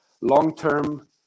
long-term